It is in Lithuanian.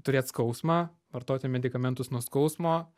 turėt skausmą vartoti medikamentus nuo skausmo